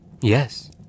Yes